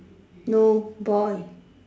no boy